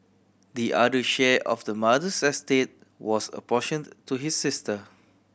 the other share of the mother's estate was apportioned to his sister